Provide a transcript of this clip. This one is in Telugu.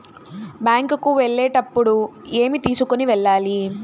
బ్యాంకు కు వెళ్ళేటప్పుడు ఏమి తీసుకొని వెళ్ళాలి?